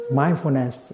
mindfulness